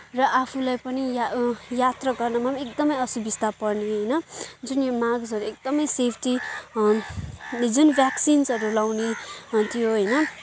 र आफूलाई पनि यात्रा यात्रा गर्न मलाई एकदमै असुबिस्ता पर्ने होइन जुन यो मास्कहरू एकदमै सेफ्टी यो जुन भ्याक्सिन्सहरू लगाउने थियो होइन